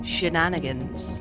Shenanigans